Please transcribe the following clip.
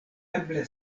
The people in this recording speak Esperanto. eble